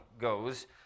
goes